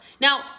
Now